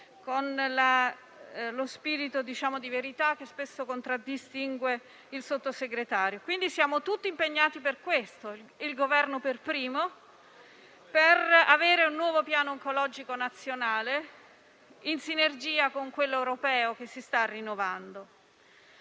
con lo spirito di verità che spesso contraddistingue il Sottosegretario. Siamo tutti impegnati, il Governo per primo, per avere un nuovo Piano oncologico nazionale, in sinergia con quello europeo che si sta rinnovando.